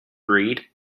breed